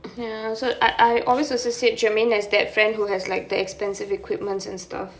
ya so I I always associate germaine as that friend who has like the expensive equipments and stuff